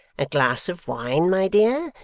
a glass of wine, my dear,